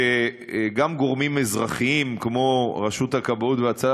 שגם גורמים אזרחיים כמו רשות הכבאות וההצלה